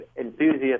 enthusiasts